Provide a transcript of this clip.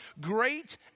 great